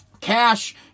Cash